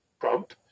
Trump